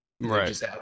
Right